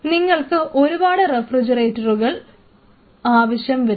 നിങ്ങൾക്ക് ഒരുപാട് റഫ്രിജറേറ്ററുകളുടെ ആവശ്യം വരും